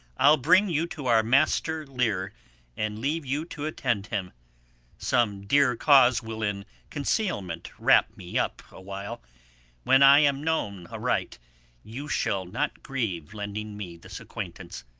i'll bring you to our master lear and leave you to attend him some dear cause will in concealment wrap me up awhile when i am known aright, you shall not grieve lending me this acquaintance.